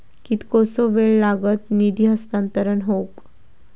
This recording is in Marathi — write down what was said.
कितकोसो वेळ लागत निधी हस्तांतरण हौक?